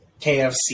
KFC